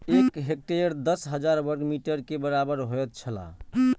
एक हेक्टेयर दस हजार वर्ग मीटर के बराबर होयत छला